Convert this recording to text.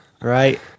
right